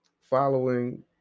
following